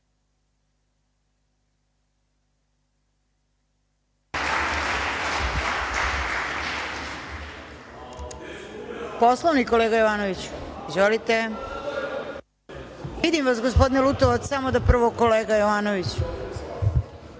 Poslovnik, kolega Jovanović. Vidim vas, gospodine Lutovac, samo prvo kolega Jovanović.